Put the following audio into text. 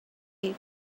you